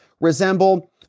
resemble